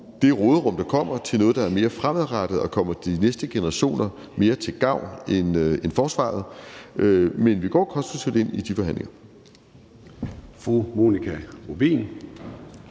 det råderum, der kommer, til noget, der er mere fremadrettet og kommer de næste generationer mere til gavn end forsvaret. Men vi går konstruktivt ind i de forhandlinger.